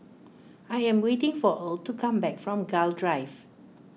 I am waiting for Erle to come back from Gul Drive